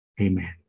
Amen